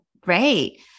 great